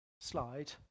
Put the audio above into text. slide